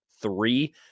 three